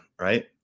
right